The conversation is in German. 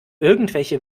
irgendwelche